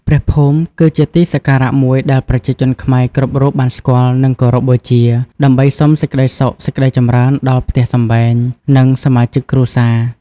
ព្រះភូមិ គឺជាទីសក្ការៈមួយដែលប្រជាជនខ្មែរគ្រប់រូបបានស្គាល់ និងគោរពបូជា ដើម្បីសុំសេចក្តីសុខសេចក្តីចម្រើនដល់ផ្ទះសម្បែង និងសមាជិកគ្រួសារ។